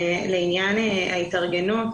לעניין ההתארגנות.